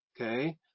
okay